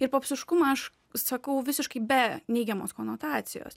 ir popsiškumą aš sakau visiškai be neigiamos konotacijos